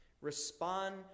respond